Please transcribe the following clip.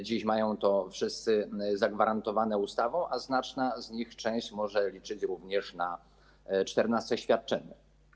Dziś mają to wszyscy zagwarantowane ustawą, a znaczna z nich część może liczyć również na czternaste świadczenia.